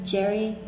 Jerry